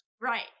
Right